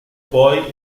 poi